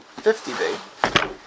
50b